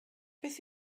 beth